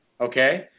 okay